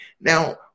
Now